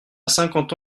cinquante